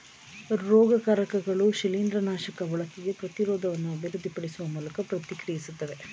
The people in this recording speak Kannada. ರೋಗಕಾರಕಗಳು ಶಿಲೀಂದ್ರನಾಶಕಗಳ ಬಳಕೆಗೆ ಪ್ರತಿರೋಧವನ್ನು ಅಭಿವೃದ್ಧಿಪಡಿಸುವ ಮೂಲಕ ಪ್ರತಿಕ್ರಿಯಿಸ್ತವೆ